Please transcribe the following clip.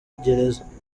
gereza